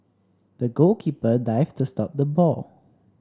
the goalkeeper dived to stop the ball